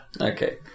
okay